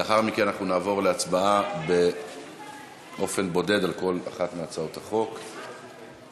לאחר מכן אנחנו נעבור להצבעה על כל אחת מהצעות החוק בנפרד.